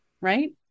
Right